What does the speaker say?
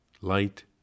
light